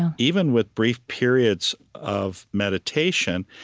um even with brief periods of meditation,